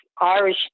Irish